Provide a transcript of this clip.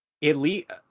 Elite